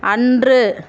அன்று